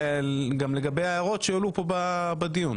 וגם לגבי ההערות שהועלו פה בדיון.